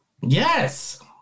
Yes